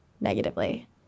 negatively